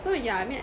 so yeah I mean